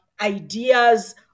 ideas